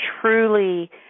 truly